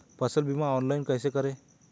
फसल बीमा ऑनलाइन कैसे करें?